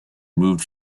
moved